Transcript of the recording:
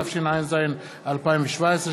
התשע"ז 2017,